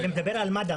אני מדבר על מד"א.